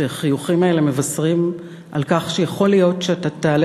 שהחיוכים האלה מבשרים שיכול להיות שאתה תעלה